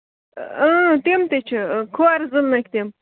اۭں تِم تہِ چھِ کھۄر زٔلنٕکۍ تِم